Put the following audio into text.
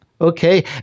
okay